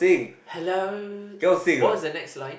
hello what was the next line